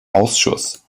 ausschuss